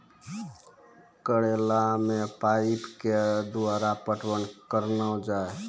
करेला मे पाइप के द्वारा पटवन करना जाए?